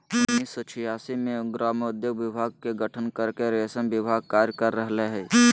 उन्नीस सो छिआसी मे ग्रामोद्योग विभाग के गठन करके रेशम विभाग कार्य कर रहल हई